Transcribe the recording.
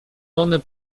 lony